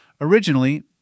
Originally